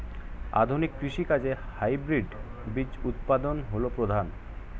আধুনিক কৃষি কাজে হাইব্রিড বীজ উৎপাদন হল প্রধান